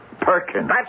Perkins